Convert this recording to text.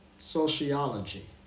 Sociology